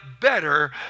better